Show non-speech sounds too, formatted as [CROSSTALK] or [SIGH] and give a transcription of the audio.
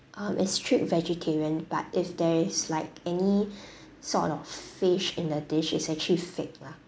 um it's strict vegetarian but if there is like any [BREATH] sort of fish in the dish it's actually fake lah